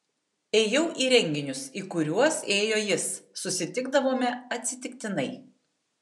ėjau į renginius į kuriuos ėjo jis susitikdavome atsitiktinai